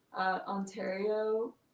Ontario